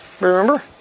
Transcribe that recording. Remember